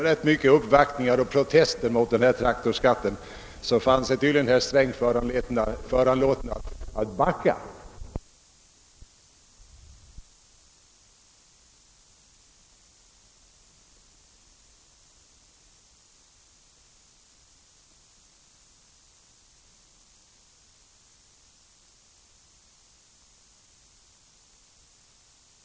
Efter många uppvaktningar och protester beträffande traktorskatten fann sig tydligen herr Sträng i detta fall föranlåten att backa — det förefaller också som om han i fråga om den kommande skattepropositionen backat en hel del, jämfört med de första uppgifterna i årets finansplan. Nu finns det ju ingen omfattande utredning till grund för det kommande skattepaketet, vilket sannerligen väl behövts. Finansministern hade kanske varit mer bunden om det blivit en total översyn. I fråga om traktorskatten frångick emellertid finansministern, som sagt, bilskatteutredningens förslag, vilket jag tycker var felaktigt.